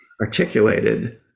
articulated